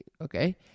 Okay